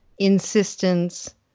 insistence